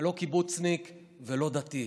ולא קיבוצניק ולא דתי.